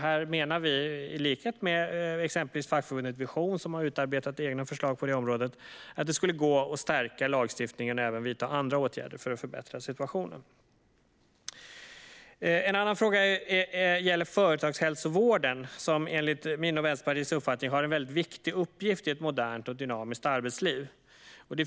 Här menar vi - i likhet med exempelvis fackförbundet Vision, som har utarbetat egna förslag på detta område - att det skulle gå att stärka lagstiftningen och även vidta andra åtgärder för att förbättra situationen. En annan fråga gäller företagshälsovården, som enligt min och Vänsterpartiets uppfattning har en viktig uppgift i ett modernt och dynamiskt arbetsliv.